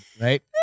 right